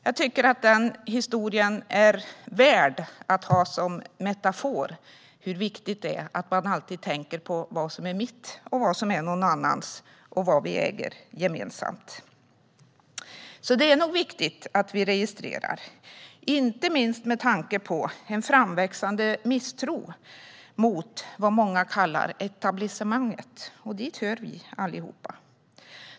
Jag tycker att den historien är värd att ha som metafor för hur viktigt det är att alltid tänka på vad som är mitt, vad som är någon annans och vad vi äger gemensamt. Det är nog viktigt att vi registrerar, inte minst med tanke på en framväxande misstro mot vad många kallar etablissemanget - och dit hör vi allihop.